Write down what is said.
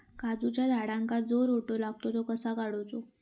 काजूच्या झाडांका जो रोटो लागता तो कसो काडुचो?